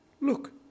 look